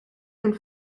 and